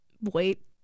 Wait